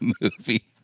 movie